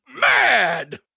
mad